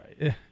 right